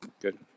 Good